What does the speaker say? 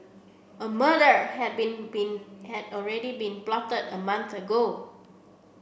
a murder had been been had already been plotted a month ago